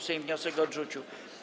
Sejm wniosek odrzucił.